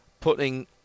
putting